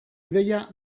ideia